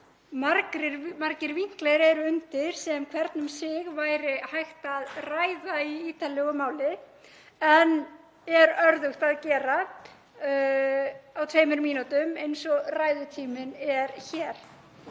margir vinklar eru undir sem hvern um sig væri hægt að ræða í ítarlegu máli en er örðugt að gera á tveimur mínútum eins og ræðutíminn er hér.